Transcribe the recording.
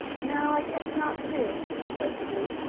no, i guess not, too, echoed sue.